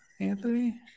Anthony